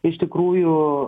iš tikrųjų